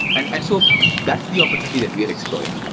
and and so that's the opportunity that we're exploring,